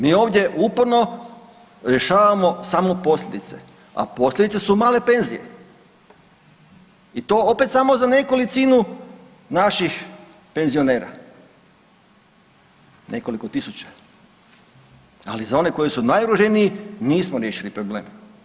Mi ovdje uporno rješavamo samo posljedice, a posljedice su male penzije i to opet samo za nekolicinu naših penzionera, nekoliko tisuća, ali za one koji su najugroženiji nismo riješili problem.